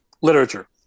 literature